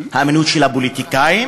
האמינות של הפוליטיקאים,